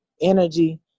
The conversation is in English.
energy